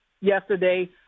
yesterday